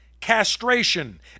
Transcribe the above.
castration